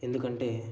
ఎందుకంటే